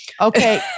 okay